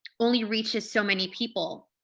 only reaches so many people.